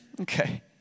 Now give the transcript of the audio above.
okay